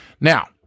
Now